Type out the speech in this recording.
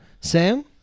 Sam